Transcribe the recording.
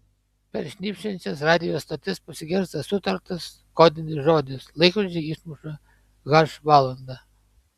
per šnypščiančias radijo stotis pasigirsta sutartas kodinis žodis laikrodžiai išmuša h valandą